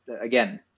Again